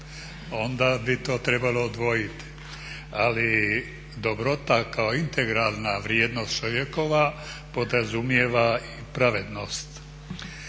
Onda bi to trebalo dvojiti. Ali dobrota kao integralna vrijednost čovjekova podrazumijeva i pravednost.